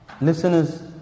listeners